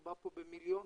מדובר במליונים.